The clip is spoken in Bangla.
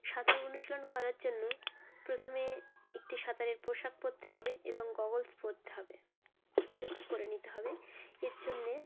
সাঁতার অনুশীলন করার জন্য প্রথমে একটি সাঁতারের পোশাক পরতে হবে এবং গগলস পরতে হবে চোখে পরে নিতে হবে এর জন্যে